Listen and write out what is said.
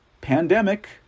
pandemic